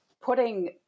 putting